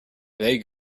they